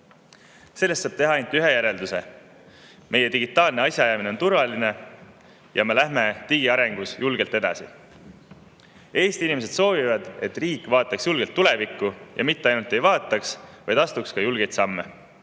Sellest saab teha ainult ühe järelduse: meie digitaalne asjaajamine on turvaline ja me läheme oma digiarenguga julgelt edasi. Eesti inimesed soovivad, et riik vaataks julgelt tulevikku, ning mitte ainult ei vaataks, vaid astuks ka julgeid samme,